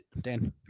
Dan